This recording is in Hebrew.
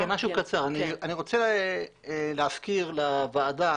אני רוצה להזכיר לוועדה